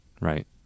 Right